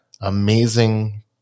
amazing